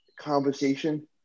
conversation